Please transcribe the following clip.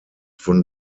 von